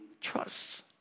trusts